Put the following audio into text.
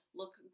look